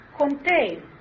contain